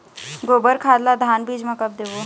गोबर खाद ला धान बीज म कब देबो?